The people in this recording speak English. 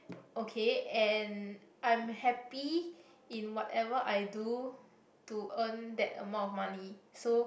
okay and I'm happy in whatever I do to earn that amount of money so